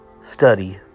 study